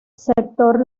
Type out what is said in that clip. sector